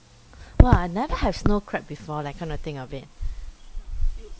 !wah! I never have snow crab before leh come to think of it